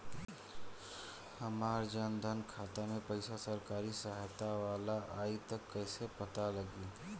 हमार जन धन खाता मे पईसा सरकारी सहायता वाला आई त कइसे पता लागी?